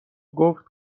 گفت